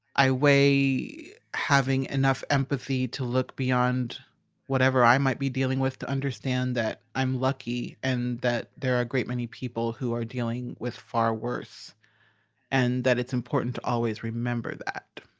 i weigh having enough empathy to look beyond whatever i might be dealing with to understand that i'm lucky and that there are a great many people who are dealing with far worse and that it's important to always remember remember that.